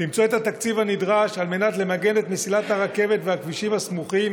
למצוא את התקציב הנדרש על מנת למגן את מסילת הרכבת והכבישים הסמוכים.